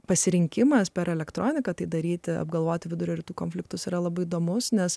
pasirinkimas per elektroniką tai daryti apgalvoti vidurio rytų konfliktus yra labai įdomus nes